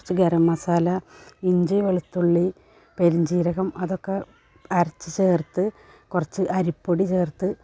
കുറച്ച് ഗരംമസാല ഇഞ്ചി വെളുത്തുള്ളി പെരിഞ്ജീരകം അതൊക്ക അരച്ച് ചേർത്ത് കുറച്ച് അരിപ്പൊടി ചേർത്ത്